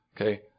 Okay